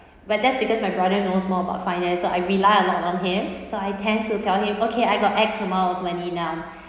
but that's because my brother in law knows about finance so I rely a lot on him so I tend to tell him okay I got X amount of money now